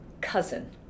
cousin